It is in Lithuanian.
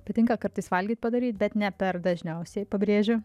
patinka kartais valgyt padaryt bet ne per dažniausiai pabrėžiu